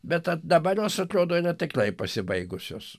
bet dabar jos atrodo yra tikrai pasibaigusios